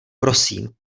prosím